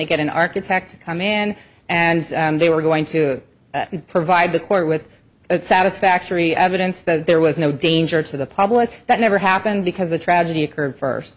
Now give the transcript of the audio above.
to get an architect come in and they were going to provide the court with a satisfactory evidence that there was no danger to the public that never happened because the tragedy occurred first